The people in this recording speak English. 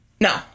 No